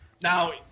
now